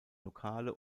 lokale